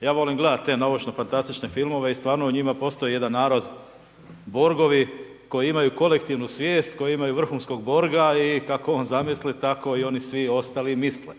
Ja volim gledati te naučnofantastične filmove i stvarno u njima postoji jedan narod borgovi koji imaju kolektivnu svijest koji imaju vrhunskog borga i kako on zamisli, tako i oni svi ostali misle.